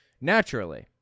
naturally